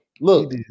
Look